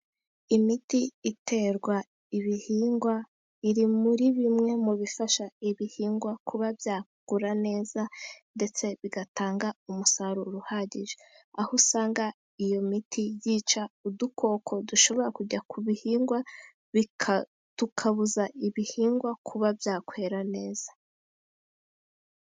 Imiti iterwa ibihingwa iri muri bimwe mu bifasha ibihingwa kuba byakura neza, ndetse bigatanga umusaruro uhagije. Aho usanga iyo miti yica udukoko dushobora kujya ku bihingwa, tukabuza ibihingwa kuba byakwera neza.